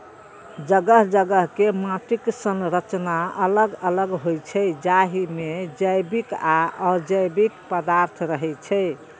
जगह जगह के माटिक संरचना अलग अलग होइ छै, जाहि मे जैविक आ अजैविक पदार्थ रहै छै